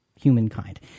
humankind